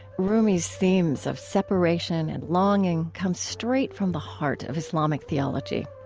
rumi's themes of separation and longing come straight from the heart of islamic theology.